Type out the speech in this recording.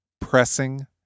Pressing